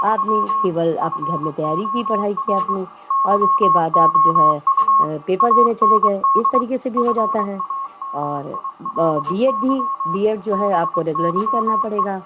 आपने केवल आप घर में तैयारी की पढ़ाई की आपने और उसके बाद आप जो है पेपर देने चले गए इस तरीके से भी हो जाता है और बी एड भी बी एड जो है आपको रेगुलर ही करना पड़ेगा